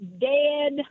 dead